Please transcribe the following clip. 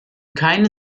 keine